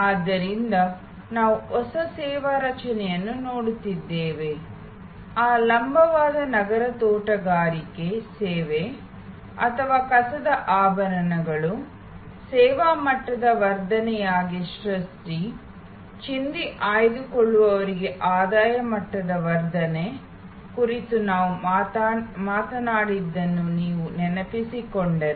ಆದ್ದರಿಂದ ನಾವು ಹೊಸ ಸೇವಾ ರಚನೆಯನ್ನು ನೋಡುತ್ತಿದ್ದೇವೆ ನಾವು ಈ ಮುಂಚೆ ಚರ್ಚಿಸಿದ ಹಾಗೆ ಆ ಲಂಬವಾದ ನಗರ ತೋಟಗಾರಿಕೆ ಸೇವೆ ಅಥವಾ ಕಸದಿಂದ ತಯಾರಿಸಿದ ಆಭರಣಗಳು ಸೇವಾ ಮಟ್ಟದ ವರ್ಧನೆಯಾಗಿ ಸೃಷ್ಟಿ ಚಿಂದಿ ಆಯ್ದುಕೊಳ್ಳುವವರಿಗೆ ಆದಾಯ ಮಟ್ಟದ ವರ್ಧನೆ ಕುರಿತು ನಾವು ಮಾತನಾಡಿದ್ದನ್ನು ನೀವು ನೆನಪಿಸಿಕೊಂಡರೆ